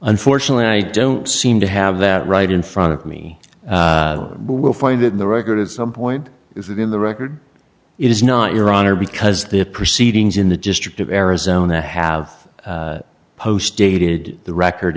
unfortunately i don't seem to have that right in front of me will find it in the record at some point is that in the record it is not your honor because the proceedings in the district of arizona have post dated the record